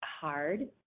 hard